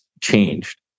changed